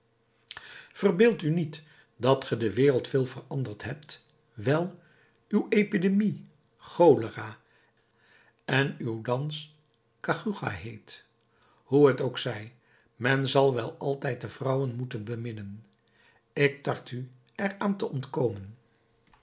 verbeeldt u niet dat ge de wereld veel veranderd hebt wijl uw epidemie cholera en uw dans cachucha heet hoe t ook zij men zal wel altijd de vrouwen moeten beminnen ik tart u er aan te ontkomen